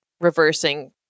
reversing